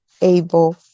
able